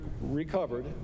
recovered